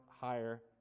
higher